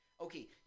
Okay